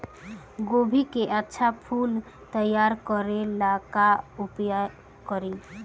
गोभी के अच्छा फूल तैयार करे ला का उपाय करी?